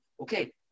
okay